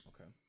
Okay